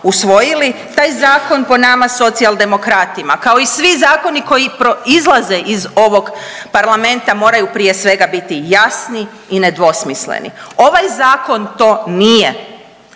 usvojili. Taj zakon po nama Socijaldemokratima kao i svi zakoni koji proizlaze iz ovog parlamenta moraju prije svega biti jasni i nedvosmisleni. Ovaj zakon to nije.